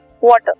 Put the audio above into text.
water